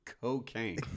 cocaine